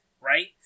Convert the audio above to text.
right